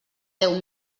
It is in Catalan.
deu